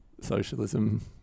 socialism